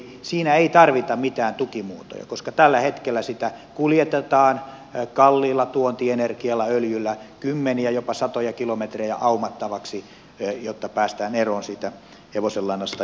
siinä ei tarvita mitään tukimuotoja koska tällä hetkellä si tä kuljetetaan kalliilla tuontienergialla öljyllä kymmeniä jopa satoja kilometrejä aumattavaksi jotta päästään eroon siitä hevosenlannasta